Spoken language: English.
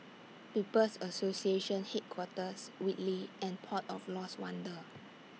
People's Association Headquarters Whitley and Port of Lost Wonder